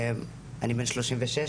אני בן 36,